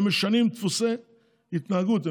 משנים דפוסי התנהגות,